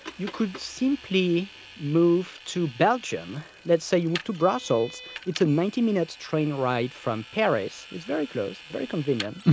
you could simply move to belgium. let's say you move to brussels, it's a ninety minute train ride from paris. it's very close, very convenient,